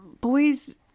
boys